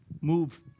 Move